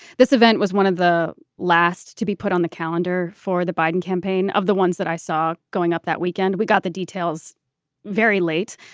this event was one of the last to be put on the calendar for the biden campaign of the ones that i saw going up that weekend. we got the details very late.